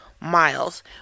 miles